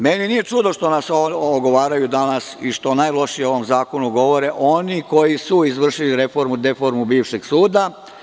Meni nije čudo što nas ogovaraju danas i što najlošije o ovom zakonu govore oni koji su izvršili reformu i deformu bivšeg suda.